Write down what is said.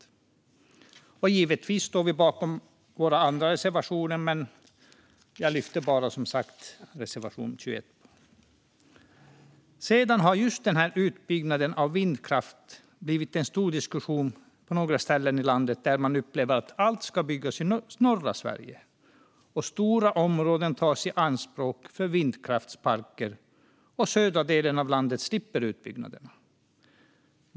Vi står givetvis bakom våra andra reservationer, men jag yrkar som sagt bifall bara till reservation 21. Just utbyggnaden av vindkraft har blivit föremål för en stor diskussion på några ställen i landet, där man upplever att allt ska byggas i norra Sverige. Stora områden tas i anspråk för vindkraftsparker, och den södra delen av landet slipper utbyggnader.